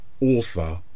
author